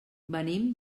venim